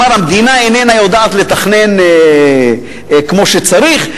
הוא אמר: המדינה איננה יודעת לתכנן כמו שצריך.